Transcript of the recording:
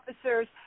officers